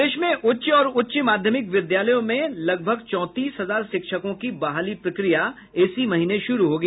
प्रदेश में उच्च और उच्च माध्यमिक विद्यालयों में लगभग चौंतीस हजार शिक्षकों की बहाली प्रक्रिया इसी महीने शुरू होगी